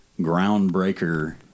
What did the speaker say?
groundbreaker